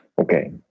okay